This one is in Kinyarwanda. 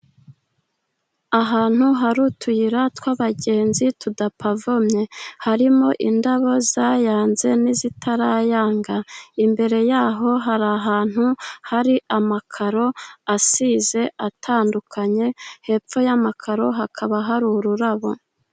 Ahantu hari utuyira tw'abagenzi tudapavomye, harimo indabo zayanze n'izitarayanga. Imbere yaho hari ahantu hari amakaro asize atandukanye. Hepfo y'amakaro hakaba hari ururabo.